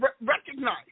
recognize